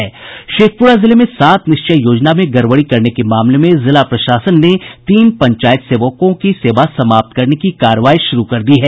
शेखप्ररा जिले में सात निश्चय योजना में गड़बड़ी करने के मामले में जिला प्रशासन ने तीन पंचायत सेवकों की सेवा समाप्त करने की कार्रवाई शुरू कर दी है